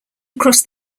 across